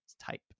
type